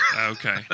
Okay